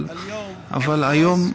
אבל היום,